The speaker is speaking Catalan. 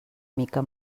mica